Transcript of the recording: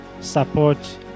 support